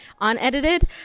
unedited